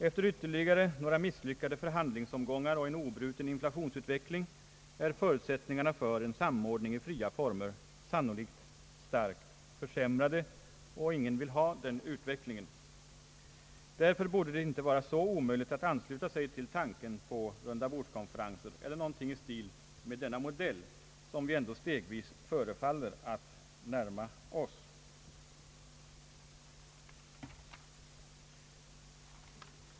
Efter ytterligare några misslyckade förhandlingsomgångar och en obruten inflationsutveckling är förutsättningarna för en samordning i fria former sannolikt starkt försämrade, och det är en utveckling som ingen vill ha. Därför borde det inte vara så omöjligt att ansluta sig till tanken på rundabordskonferenser eller något i stil med denna modell, som vi ändå stegvis förefaller att närma oss.